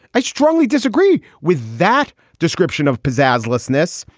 i strongly disagree with that description of pizzazz lessness.